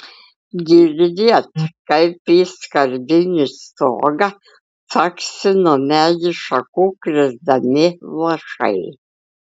girdėt kaip į skardinį stogą caksi nuo medžių šakų krisdami lašai